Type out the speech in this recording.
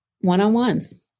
one-on-ones